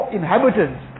inhabitants